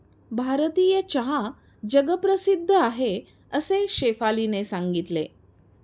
भारतीय चहा जगप्रसिद्ध आहे असे शेफालीने सांगितले